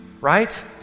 right